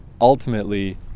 ultimately